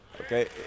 okay